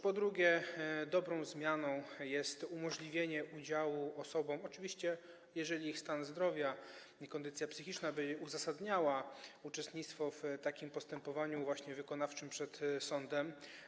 Po drugie, dobrą zmianą jest umożliwienie udziału osobom, oczywiście jeżeli ich stan zdrowia i kondycja psychiczna by to uzasadniały, uczestnictwa w takim postępowaniu wykonawczym przed sądem.